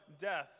death